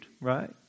right